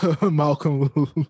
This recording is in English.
Malcolm